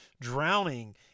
drowning